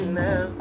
now